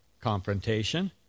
confrontation